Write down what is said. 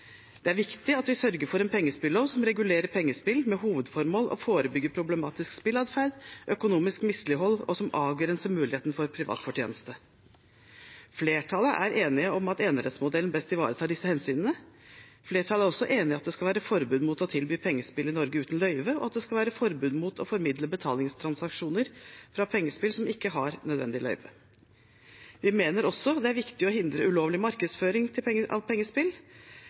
Det er viktig at vi sørger for en pengespillov som regulerer pengespill med hovedformål å forebygge problematisk spillatferd og økonomisk mislighold, og som avgrenser muligheten for privat fortjeneste. Flertallet er enige om at enerettsmodellen best ivaretar disse hensynene. Flertallet er også enig i at det skal være forbud mot å tilby pengespill i Norge uten løyve, og at det skal være forbud mot å formidle betalingstransaksjoner fra pengespill som ikke har nødvendig løyve. Vi mener også det er viktig å hindre ulovlig markedsføring av pengespill. Aktørene som har enerett, forholder seg til